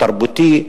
התרבותי,